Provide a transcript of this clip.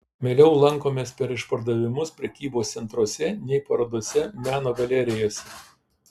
mieliau lankomės per išpardavimus prekybos centruose nei parodose meno galerijose